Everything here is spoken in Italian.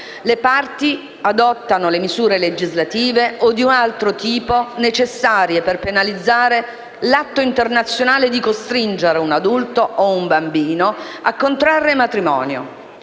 «Le Parti adottano le misure legislative o di altro tipo necessarie per penalizzare l'atto intenzionale di costringere un adulto o un bambino a contrarre matrimonio».